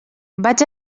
vaig